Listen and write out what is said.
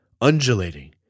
undulating